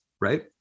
Right